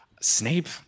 Snape